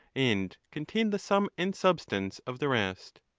and contain the sum and substance of the rest.